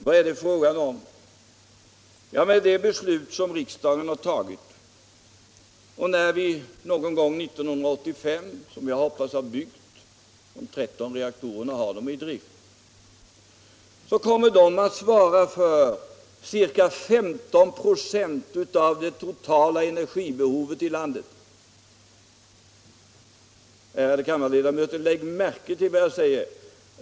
Vad är det fråga om? Efter det beslut som riksdagen har fattat och när vi någon gång 1985, som jag hoppas, har byggt de tretton reaktorerna och har dem i drift, kommer dessa att svara för cirka 15 96 av det totala energibehovet i landet. Ärade kammarledamöter, lägg märke till vad jag säger!